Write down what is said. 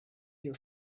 your